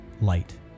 light